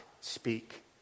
speak